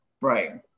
Right